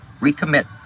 recommit